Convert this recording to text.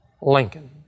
Lincoln